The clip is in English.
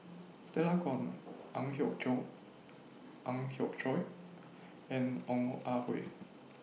Stella Kon Ang Hiong Ang Hiong Chiok and Ong Ah Hoi